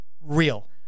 real